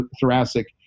thoracic